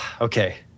Okay